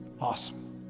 Awesome